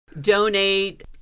Donate